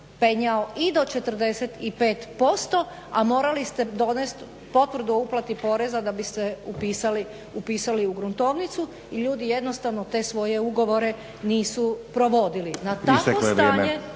penjao i do 45%, a morali ste donest potvrdu o uplati poreza da biste upisali u gruntovnicu i ljudi jednostavno te svoje ugovore nisu provodili. **Stazić, Nenad